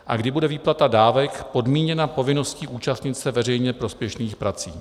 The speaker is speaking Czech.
A kdy bude výplata dávek podmíněna povinností účastnit se veřejně prospěšných prací?